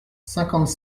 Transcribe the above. cinquante